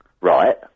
Right